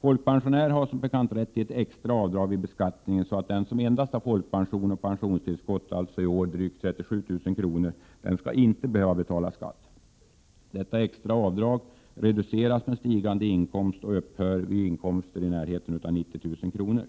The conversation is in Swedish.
Folkpensionärer har som bekant rätt till ett extra avdrag vid beskattningen, så att den som endast har folkpension och pensionstillskott, i år motsvarande drygt 37 000 kr., inte skall behöva betala skatt. Detta extra avdrag reduceras då inkomsten stiger och upphör då inkomsten närmar sig 90 000 kr.